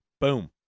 boom